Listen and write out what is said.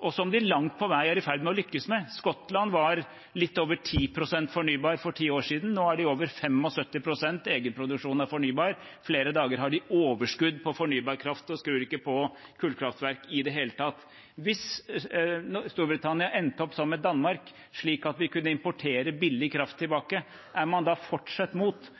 og som de langt på vei er i ferd med å lykkes med? Skottland var litt over 10 pst. fornybar for ti år siden; nå har de over 75 pst. egenproduksjon av fornybar kraft. Flere dager har de overskudd på fornybar kraft og skrur ikke på kullkraftverkene i det hele tatt. Hvis Storbritannia endte opp som Danmark, slik at vi kunne importert billig kraft tilbake – er man da fortsatt